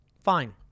Fine